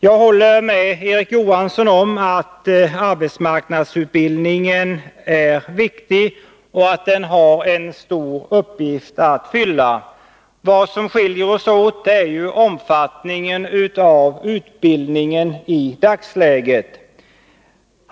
Jag håller med Erik Johansson om att arbetsmarknadsutbildningen är viktig och har en stor uppgift att fylla. Vad som skiljer oss åt är omfattningen av utbildningen i dagsläget.